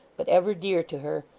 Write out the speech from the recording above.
but ever dear to her,